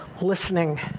listening